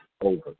over